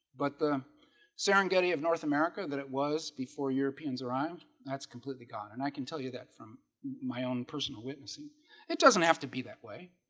but the serengeti of north america that it was before europeans arrived that's completely gone, and i can tell you that from my own personal witnessing it doesn't have to be that way.